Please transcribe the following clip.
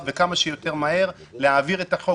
וכמה שיותר מהר להעביר את החוק,